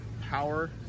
power